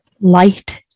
light